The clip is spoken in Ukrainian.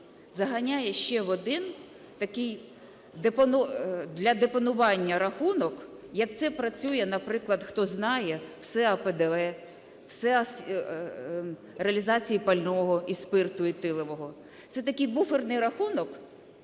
заганяє ще в один такий для депонування рахунок, як це працює, наприклад, хто знає, все о ПДВ, все о реалізації пального і спирту етилового. Це такий буферний рахунок,